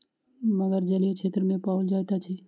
मगर जलीय क्षेत्र में पाओल जाइत अछि